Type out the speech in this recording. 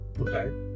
Okay